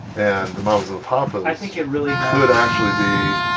and the um papas. i think it really has. could actually be.